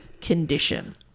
condition